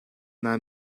naa